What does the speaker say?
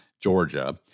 Georgia